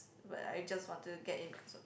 but I just wanted to get in because of the